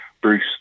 Bruce